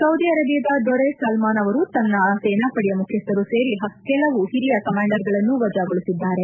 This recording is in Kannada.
ಸೌದಿ ಅರೆಬಿಯಾದ ದೊರೆ ಸಲ್ಮಾನ್ ಅವರು ತನ್ನ ಸೇನಾಪಡೆಯ ಮುಖ್ಯಸ್ದರೂ ಸೇರಿ ಕೆಲವು ಹಿರಿಯ ಕಮಾಂಡರ್ಗಳನ್ನು ವಜಾಗೊಳಿಸಿದ್ದಾರೆ